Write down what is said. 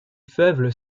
fleuve